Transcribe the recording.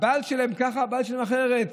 הבעל שלהן ככה, הבעל שלהן אחרת.